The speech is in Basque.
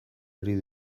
ari